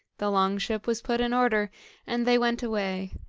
the long-ship was put in order and they went away.